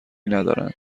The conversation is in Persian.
ندارند